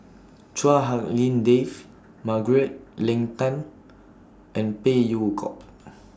Chua Hak Lien Dave Margaret Leng Tan and Phey Yew Kok